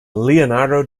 leonardo